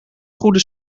goede